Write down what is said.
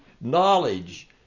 knowledge